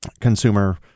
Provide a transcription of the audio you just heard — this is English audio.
consumer